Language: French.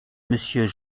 monsieur